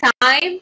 time